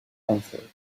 answered